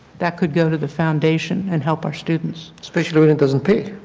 that can go to the foundation and help our students. especially when it doesn't pay.